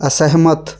ਅਸਹਿਮਤ